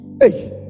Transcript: Hey